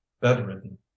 bedridden